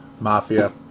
mafia